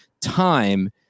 time